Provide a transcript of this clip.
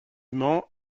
mans